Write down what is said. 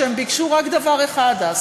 שביקשו רק דבר אחד אז,